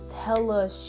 hella